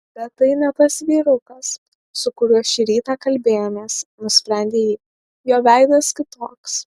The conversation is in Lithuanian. bet tai ne tas vyrukas su kuriuo šį rytą kalbėjomės nusprendė ji jo veidas kitoks